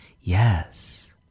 yes